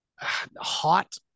hot